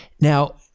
Now